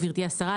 גברתי השרה,